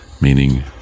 meaning